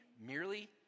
merely